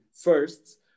first